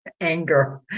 anger